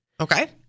okay